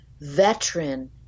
veteran